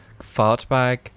Fartbag